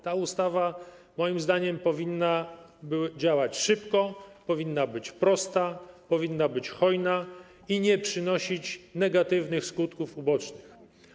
Ta ustawa moim zdaniem powinna działać szybko, powinna być prosta, hojna i nie przynosić negatywnych skutków ubocznych.